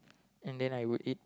and then I would eat